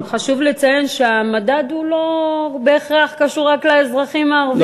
חשוב לציין שהמדד לא בהכרח קשור רק לאזרחים הערבים-ישראלים.